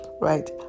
right